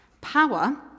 Power